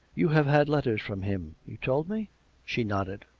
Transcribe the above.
you have had letters from him, you told me she nodded.